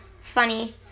Funny